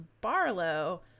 Barlow